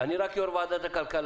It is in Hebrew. אני רק יו"ר ועדת הכלכלה,